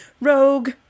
rogue